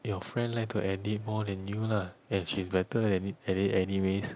your friend like to edit more than you lah and she's better at it at it anyways